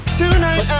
tonight